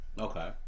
Okay